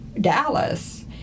Dallas